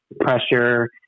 pressure